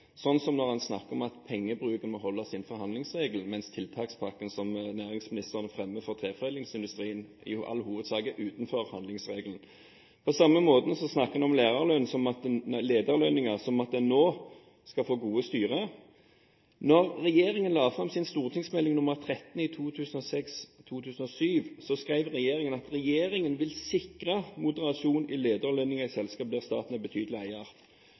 som når en snakker om at pengebruken må holdes innenfor handlingsregelen, mens tiltakspakken som næringsministeren fremmer for treforedlingsindustrien, i all hovedsak er utenfor handlingsregelen. På samme måte snakker en om lederlønninger, og at en nå skal få gode styrer. Da regjeringen la fram St.meld. nr. 13 for 2006–2007, skrev regjeringen: «Regjeringen vil sikre moderasjon i lederlønninger i selskaper der staten er en betydelig